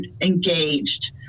engaged